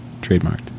Trademarked